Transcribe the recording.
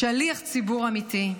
שליח ציבור אמיתי.